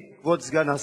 כבוד סגן השר,